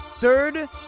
third